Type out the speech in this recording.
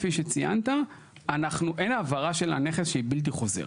כפי שציינת, אין העברה של הכנס שהיא בלתי חוזרת.